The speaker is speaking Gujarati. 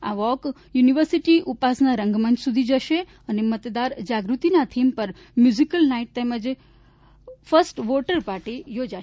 આ વોક યુનિવર્સિટી ઉપાસના રંગમંચ સુધી જશે અને મતદાર જાગૃતિના થીમ પર મ્યુઝિકલ નાઇટ તેમજ ફસ્ટ વોટર પાર્ટી યોજાશે